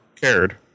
cared